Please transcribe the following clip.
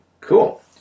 Cool